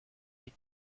you